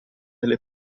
delle